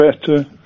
better